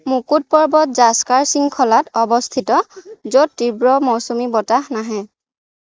মুকুট পৰ্বত জাস্কাৰ শৃংখলাত অৱস্থিত য'ত তীব্ৰ মৌচুমী বতাহ নাহে